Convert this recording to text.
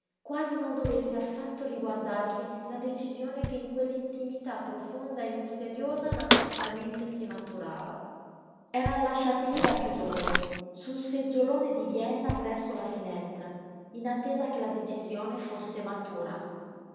quasi non dovesse affatto riguardarli la decisione che in quell'intimità profonda e misteriosa nascostamente si maturava eran lasciati lí da piú giorni su un seggiolone di vienna presso la finestra in attesa che la decisione fosse matura